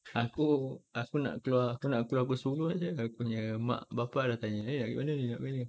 aku aku nak keluar aku suruh jer aku punya mak bapa dah tanya eh nak pergi mana nak pergi kat mana